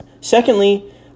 Secondly